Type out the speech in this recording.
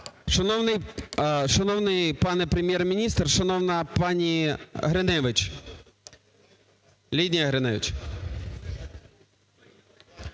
шановний пане Прем'єр-міністр, шановна пані Гриневич, Лілія Гриневич,